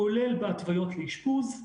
כולל בהתוויות לאשפוז.